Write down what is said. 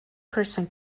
person